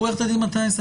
עו"ד מטאנס,